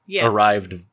arrived